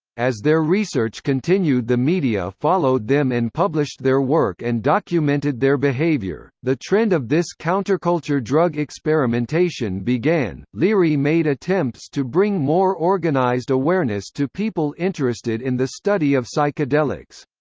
as their research continued the media followed them and published their work and documented their behavior, the trend of this counterculture drug experimentation began leary made attempts to bring more organized awareness to people interested in the study of psychedelics.